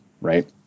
right